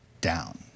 down